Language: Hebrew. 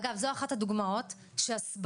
אגב זו אחת הדוגמאות שהסברה